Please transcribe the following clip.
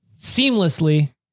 seamlessly